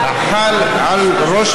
לא.